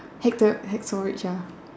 hacked your hack storage ah